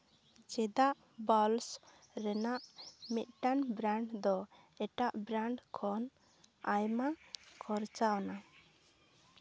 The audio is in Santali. ᱪᱮᱫᱟᱜ ᱵᱚᱞᱥ ᱨᱮᱱᱟᱜ ᱢᱤᱫᱴᱟᱝ ᱵᱨᱮᱱᱰ ᱫᱚ ᱮᱴᱟᱜ ᱵᱨᱮᱱᱰ ᱠᱷᱚᱱ ᱟᱭᱢᱟ ᱠᱷᱚᱨᱪᱟ ᱟᱱᱟ